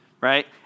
right